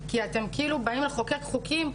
כי אתם כאילו באים לחוקק חוקים,